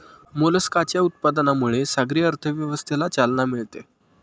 मोलस्काच्या उत्पादनामुळे सागरी अर्थव्यवस्थेला चालना मिळते